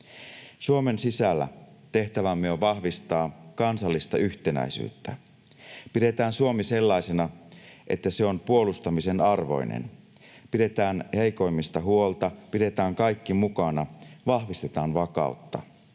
Suomen sisällä tehtävämme on vahvistaa kansallista yhtenäisyyttä. Pidetään Suomi sellaisena, että se on puolustamisen arvoinen. Pidetään heikoimmista huolta, pidetään kaikki mukana, vahvistetaan vakautta.